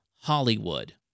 Hollywood